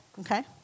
okay